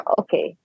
okay